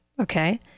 okay